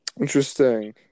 Interesting